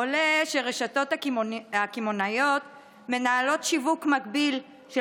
עולה שהרשתות הקמעונאיות מנהלות שיווק מקביל של